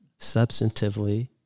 substantively